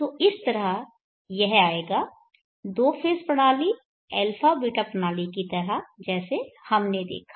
तो इस तरह यह आएगा दो फेज़ प्रणाली α β प्रणाली की तरह जैसा हमने देखा